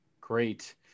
Great